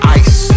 ice